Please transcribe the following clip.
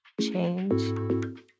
change